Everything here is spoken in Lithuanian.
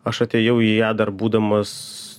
aš atėjau į ją dar būdamas